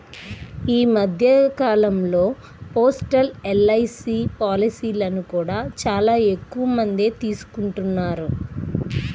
ఈ మధ్య కాలంలో పోస్టల్ ఎల్.ఐ.సీ పాలసీలను కూడా చాలా ఎక్కువమందే తీసుకుంటున్నారు